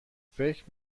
فکر